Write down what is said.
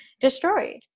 destroyed